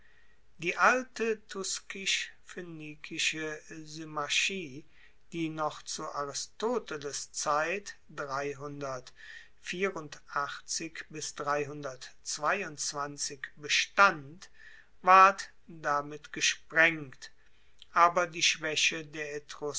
die alte tuskisch phoenikische symmachie die noch zu aristoteles zeit bestand ward damit gesprengt aber die schwaeche der